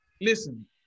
listen